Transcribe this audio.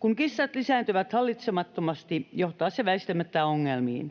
Kun kissat lisääntyvät hallitsemattomasti, johtaa se väistämättä ongelmiin: